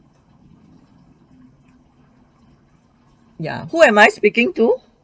ya who am I speaking to